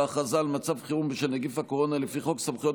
ההכרזה על מצב חירום בשל נגיף הקורונה לפי חוק סמכויות